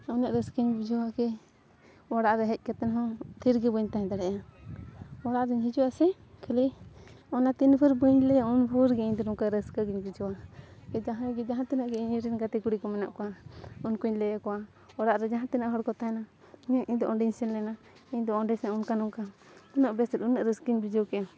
ᱩᱱᱟᱹᱜ ᱨᱟᱹᱥᱠᱟᱹᱧ ᱵᱩᱡᱷᱟᱹᱣᱟ ᱠᱤ ᱚᱲᱟᱜ ᱨᱮ ᱦᱮᱡ ᱠᱟᱛᱮᱫ ᱦᱚᱸ ᱛᱷᱤᱨ ᱜᱮ ᱵᱟᱹᱧ ᱛᱟᱦᱮᱸ ᱫᱟᱲᱮᱭᱟᱜᱼᱟ ᱚᱲᱟᱜ ᱨᱤᱧ ᱦᱤᱡᱩᱜᱼᱟ ᱥᱮ ᱠᱷᱟᱹᱞᱤ ᱚᱱᱟ ᱛᱤᱱ ᱵᱷᱳᱨ ᱵᱟᱹᱧ ᱞᱟᱹᱭᱟ ᱩᱱ ᱵᱷᱳᱨᱜᱮ ᱤᱧᱫᱚ ᱱᱚᱝᱠᱟ ᱨᱟᱹᱥᱠᱟᱹ ᱜᱤᱧ ᱵᱩᱡᱷᱟᱹᱣᱟ ᱡᱟᱦᱟᱸᱭ ᱜᱮ ᱡᱟᱦᱟᱸ ᱛᱤᱱᱟᱹᱜ ᱜᱮ ᱤᱧᱨᱮᱱ ᱜᱟᱛᱮ ᱠᱩᱲᱤ ᱠᱚ ᱢᱮᱱᱟᱜ ᱠᱚᱣᱟ ᱩᱱᱠᱩᱧ ᱞᱟᱹᱭᱟᱠᱚᱣᱟ ᱚᱲᱟᱜ ᱨᱮ ᱡᱟᱦᱟᱸ ᱛᱤᱱᱟᱹᱜ ᱦᱚᱲ ᱠᱚ ᱛᱟᱦᱮᱱᱟ ᱤᱧ ᱫᱚ ᱚᱸᱰᱮᱧ ᱥᱮᱱ ᱞᱮᱱᱟ ᱤᱧ ᱫᱚ ᱚᱸᱰᱮ ᱥᱮ ᱚᱱᱠᱟ ᱱᱚᱝᱠᱟ ᱩᱱᱟᱹᱜ ᱵᱮᱥ ᱩᱱᱟᱹᱜ ᱨᱟᱹᱥᱠᱟᱹᱧ ᱵᱩᱡᱷᱟᱹᱣ ᱠᱮᱜᱼᱟ